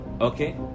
Okay